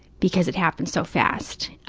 because it happened so fast.